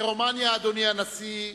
לרומניה, אדוני הנשיא,